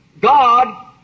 God